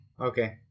Okay